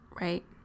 right